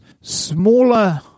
smaller